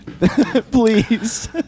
please